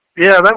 yeah, but